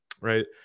Right